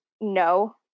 no